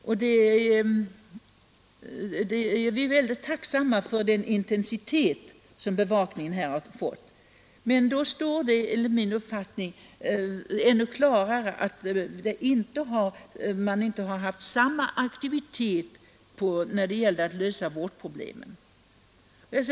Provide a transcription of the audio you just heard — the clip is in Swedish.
Vi är väldigt tacksamma för den intensitet som bevakningen här har fått. Men då står det enligt min uppfattning ännu klarare att man inte har haft samma aktivitet när det gällt att lösa vårdproblemen.